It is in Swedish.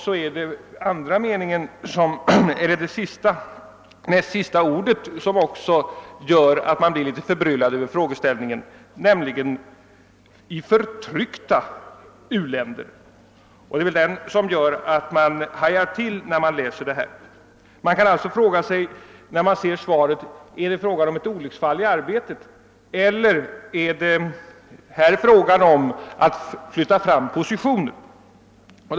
Vidare gör de tre sista orden i frågan att man blir litet förbryllad, nämligen »i förtryckta u-länder». Uttryckssättet medför att man hajar till. Man undrar sedan vid läsningen av intervjusvaret om det kan röra sig om ett olycksfall i arbetet — eller är det fråga om att flytta fram positionerna?